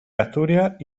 asturias